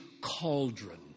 cauldron